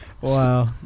Wow